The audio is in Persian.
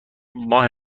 ماه